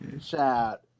chat